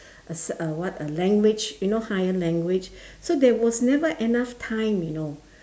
a s~ uh what a language you know higher language so there was never enough time you know